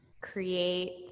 Create